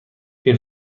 این